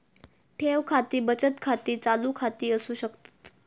ठेव खाती बचत खाती, चालू खाती असू शकतत